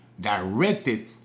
directed